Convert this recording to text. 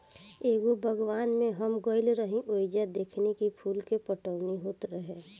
एगो बागवान में हम गइल रही ओइजा देखनी की फूल के पटवनी होत रहे